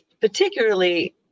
particularly